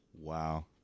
Wow